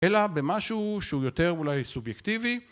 אלא במשהו שהוא יותר אולי סובייקטיבי